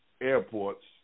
Airports